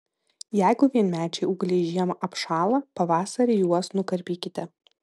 jeigu vienmečiai ūgliai žiemą apšąla pavasarį juos nukarpykite